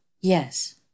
yes